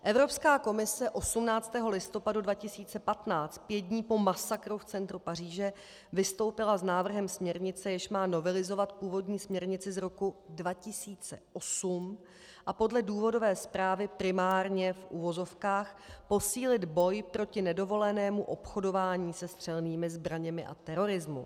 Evropská komise 18. listopadu 2015, pět dnů po masakru v centru Paříže, vystoupila s návrhem směrnice, jež má novelizovat původní směrnici z roku 2008 a podle důvodové zprávy primárně v uvozovkách posílit boj proti nedovolenému obchodování se střelnými zbraněmi a terorismu.